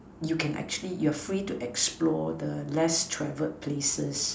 you can actually you're free to explore the less travelled places